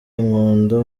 nkunda